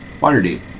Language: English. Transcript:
Waterdeep